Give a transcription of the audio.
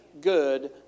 good